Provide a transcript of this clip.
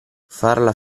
farla